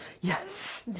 yes